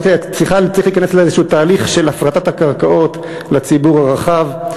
צריך להיכנס לאיזשהו תהליך של הפרטת הקרקעות לציבור הרחב.